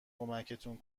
کمکتون